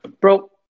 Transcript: bro